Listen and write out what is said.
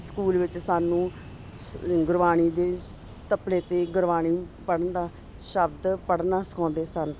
school ਵਿੱਚ ਸਾਨੂੰ ਗੁਰਬਾਣੀ ਦੇ ਤਬਲੇ 'ਤੇ ਗੁਰਬਾਣੀ ਪੜ੍ਹਨ ਦਾ ਸ਼ਬਦ ਪੜ੍ਹਨਾ ਸਿਖਾਉਂਦੇ ਸਨ